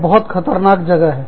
यह बहुत खतरनाक जगह है